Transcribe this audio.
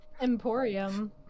Emporium